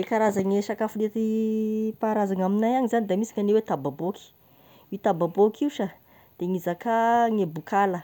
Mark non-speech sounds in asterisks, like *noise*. E karazagny sakafo nentim- *hesitation* paharazana amignay agny zagny a, da misy gnagny hoe tababoaky, io tababoaky io sha da mizakà gny bokala,